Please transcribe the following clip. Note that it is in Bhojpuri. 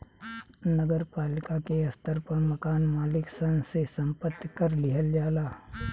नगर पालिका के स्तर पर मकान मालिक सन से संपत्ति कर लिहल जाला